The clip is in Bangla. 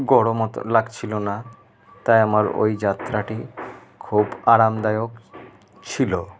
গরম অত লাগছিলো না তাই আমার ওই যাত্রাটি খুব আরামদায়ক ছিল